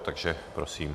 Takže prosím.